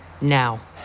now